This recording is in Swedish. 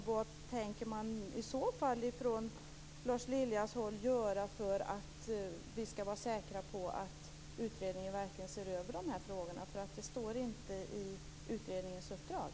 Vad tänker man från Lars Liljas håll göra för att vi skall vara säkra på att utredningen verkligen ser över dessa frågor? Det står inte i utredningens uppdrag.